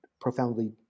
profoundly